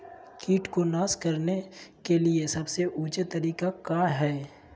किट को नास करने के लिए सबसे ऊंचे तरीका काया है?